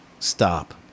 Stop